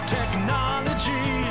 technology